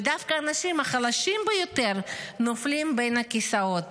ודווקא האנשים החלשים ביותר נופלים בין הכיסאות